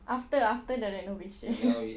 after after the renovation